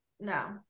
no